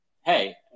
hey